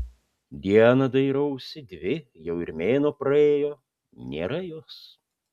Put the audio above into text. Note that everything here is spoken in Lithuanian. dieną dairausi dvi jau ir mėnuo praėjo nėra jos